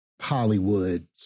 hollywood